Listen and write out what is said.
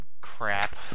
crap